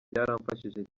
byaramfashije